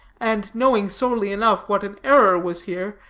and knowing sorely enough what an error was here,